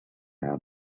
out